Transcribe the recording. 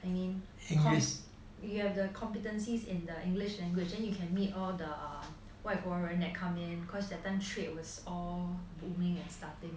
I mean cause you have the competancy in the english language then you can meet all the 外国人 that come in because that time trade was just booming and starting